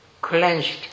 clenched